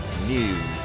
News